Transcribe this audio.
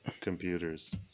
Computers